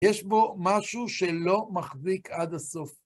יש בו משהו שלא מחזיק עד הסוף.